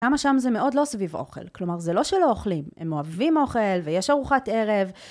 למה שם זה מאוד לא סביב אוכל, כלומר זה לא שלא אוכלים, הם אוהבים אוכל ויש ארוחת ערב.